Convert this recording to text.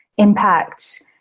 impact